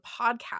podcast